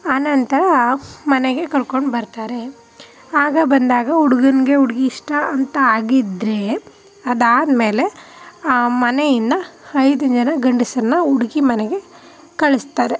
ಆನಂತರ ಮನೆಗೆ ಕರ್ಕೊಂಡು ಬರ್ತಾರೆ ಆಗ ಬಂದಾಗ ಹುಡ್ಗನಿಗೆ ಹುಡ್ಗಿ ಇಷ್ಟ ಅಂತ ಆಗಿದ್ದರೆ ಅದಾದ್ಮೇಲೆ ಆ ಮನೆಯಿಂದ ಐದು ಜನ ಗಂಡಸರನ್ನ ಹುಡ್ಗಿ ಮನೆಗೆ ಕಳಿಸ್ತಾರೆ